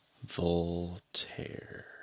Voltaire